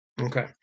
Okay